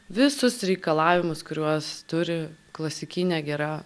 visus reikalavimus kuriuos turi klasikinė gera